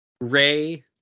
Ray